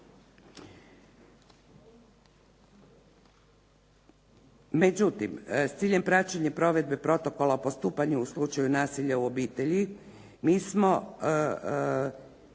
Međutim, s ciljem praćenja provedbe protokola o postupanju u slučaju nasilja u obitelji, mi smo